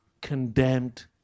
condemned